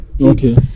okay